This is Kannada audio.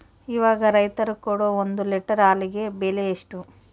ಇವಾಗ ರೈತರು ಕೊಡೊ ಒಂದು ಲೇಟರ್ ಹಾಲಿಗೆ ಬೆಲೆ ಎಷ್ಟು?